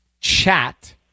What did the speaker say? chat